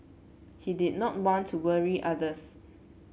he did not want to worry others